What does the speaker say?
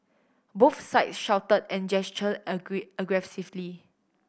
both sides shouted and gestured aggressively